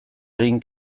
egin